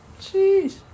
Jeez